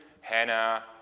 Hannah